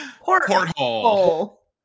Porthole